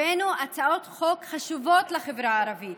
הבאנו הצעות חוק חשובות לחברה הערבית,